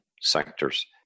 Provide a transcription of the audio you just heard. sectors